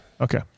Okay